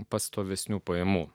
pastovesnių pajamų